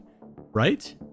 right